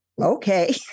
Okay